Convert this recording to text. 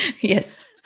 Yes